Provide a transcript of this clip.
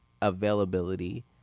availability